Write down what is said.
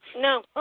No